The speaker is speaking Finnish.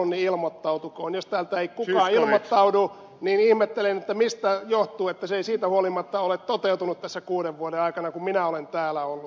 jos täältä ei kukaan ilmoittaudu niin ihmettelen mistä johtuu että se ei siitä huolimatta ole toteutunut tässä kuuden vuoden aikana kun minä olen täällä ollut